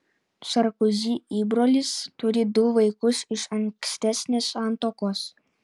sarkozy įbrolis turi du vaikus iš ankstesnės santuokos